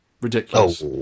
ridiculous